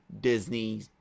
Disney